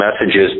messages